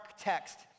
text